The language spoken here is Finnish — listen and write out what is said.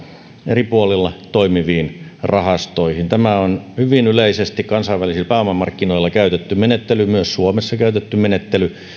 eri puolilla toimiviin rahastoihin tämä on hyvin yleisesti kansainvälisillä pääomamarkkinoilla käytetty menettely ja myös suomessa käytetty menettely